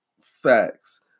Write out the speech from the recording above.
Facts